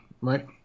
right